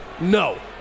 No